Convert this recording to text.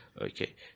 Okay